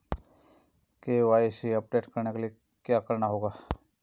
KYC update करने के लिए क्या करना होगा?